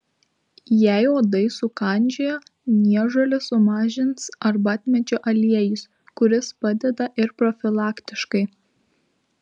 jei uodai sukandžiojo niežulį sumažins arbatmedžio aliejus kuris padeda ir profilaktiškai